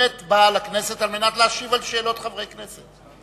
באמת בא לכנסת כדי להשיב על שאלות חברי הכנסת.